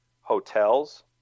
hotels